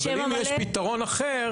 אבל אם יש פתרון אחר.